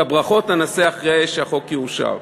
את הברכות, אחרי שהחוק יאושר.